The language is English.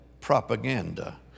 propaganda